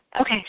Okay